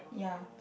yeah